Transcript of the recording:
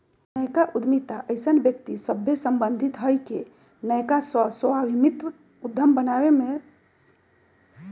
नयका उद्यमिता अइसन्न व्यक्ति सभसे सम्बंधित हइ के नयका सह स्वामित्व उद्यम बनाबे में संलग्न हइ